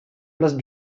place